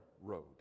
road